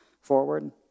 forward